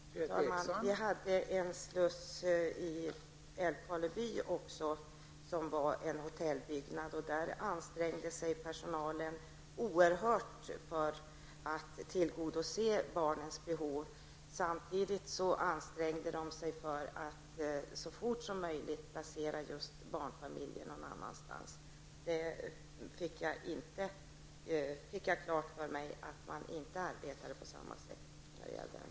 Fru talman! Vi hade också en sluss i Älvkarleby. Även där rörde det sig om en hotellbyggnad. Personalen ansträngde sig oerhört för att tillgodose barnens behov. Samtidigt ansträngde sig personalen för att så snart som möjligt kunna placera just barnfamiljerna någon annanstans. Jag fick klart för mig att man inte arbetade på samma sätt vid den här slussen.